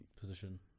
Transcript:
position